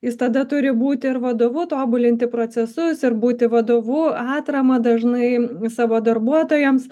jis tada turi būti ir vadovu tobulinti procesus ir būti vadovu atrama dažnai savo darbuotojams